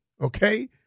okay